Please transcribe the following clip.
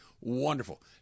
wonderful